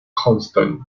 constant